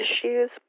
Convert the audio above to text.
issues